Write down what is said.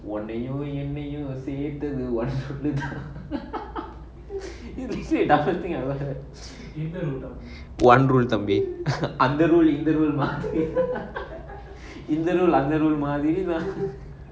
உன்னையும் என்னையும் சேர்த்ததில்ல:unnaium ennaium serthathila toughest thing I ever heard even the one rooftop bay under role in the world marks are internal london rule mah lady lah